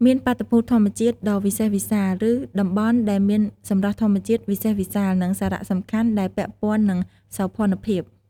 មានបាតុភូតធម្មជាតិដ៏វិសេសវិសាល ឬតំបន់ដែលមានសម្រស់ធម្មជាតិវិសេសវិសាល និងសារៈសំខាន់ដែលពាក់ព័ន្ធនឹងសោភណភាព។